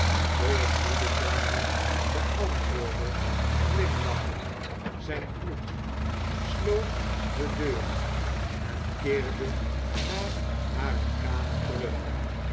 de goede dame beantwoordde glimlachend zijn groet sloof de deur en keerde naar hare kamer terug